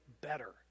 better